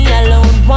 alone